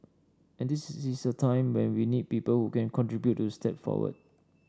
and this is a time when we need people who can contribute to step forward